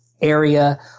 area –